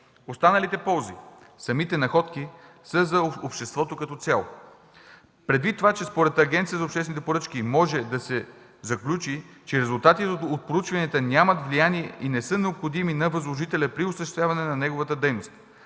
Останалите ползи – самите находки, са за обществото като цяло. Предвид това, че според Агенцията за обществените поръчки може да се заключи, че резултатите от проучванията нямат влияние и не са необходими на възложителя при осъществяване на неговата дейност,